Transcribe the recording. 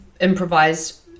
improvised